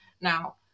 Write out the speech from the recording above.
Now